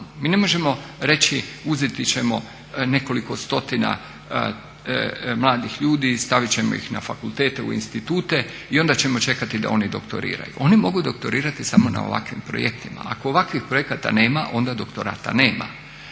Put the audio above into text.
Mi ne možemo reći uzeti ćemo nekoliko stotina mladih ljudi, staviti ćemo ih na fakultete, u institute i onda ćemo čekati da oni doktoriraju. Oni mogu doktorirati samo na ovakvim projektima. Ako ovakvih projekata nema onda doktorata nema.